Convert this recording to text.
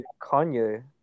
Kanye